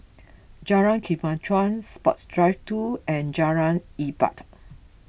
Jalan Kemajuan Sports Drive two and Jalan Ibadat